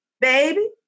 Baby